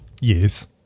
Yes